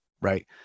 right